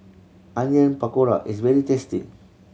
Onion Pakora is very tasty